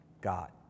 God